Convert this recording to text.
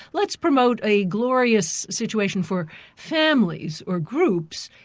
let's promote a glorious situation for families, or groups,